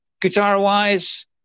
guitar-wise